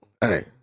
Hey